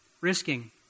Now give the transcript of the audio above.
risking